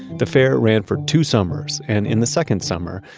the fair. it ran for two summers and in the second summer,